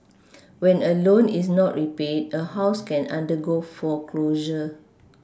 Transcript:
when a loan is not repaid a house can undergo foreclosure